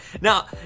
Now